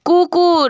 কুকুর